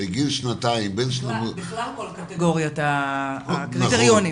בכלל כל קטגוריית הקריטריונים.